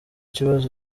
kibazo